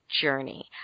journey